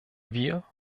wir